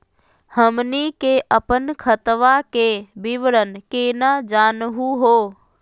हमनी के अपन खतवा के विवरण केना जानहु हो?